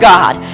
God